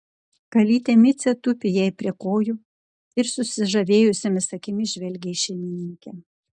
kalytė micė tupi jai prie kojų ir susižavėjusiomis akimis žvelgia į šeimininkę